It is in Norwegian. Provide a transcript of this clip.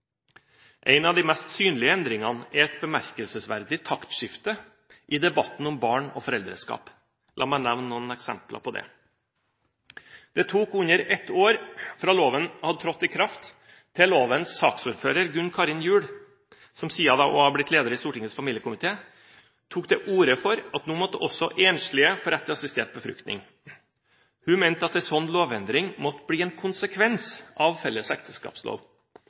En av de mest synlige endringene er et bemerkelsesverdig taktskifte i debatten om barn og foreldreskap. La meg nevne noen eksempler på det: Det tok under ett år fra loven hadde trådt i kraft til lovens saksordfører, Gunn Karin Gjul, som siden også har blitt leder i Stortingets familiekomité, tok til orde for at nå måtte også enslige få rett til assistert befruktning. Hun mente at en slik lovendring måtte bli en konsekvens av felles ekteskapslov.